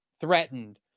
threatened